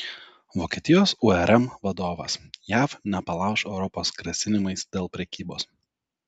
vokietijos urm vadovas jav nepalauš europos grasinimais dėl prekybos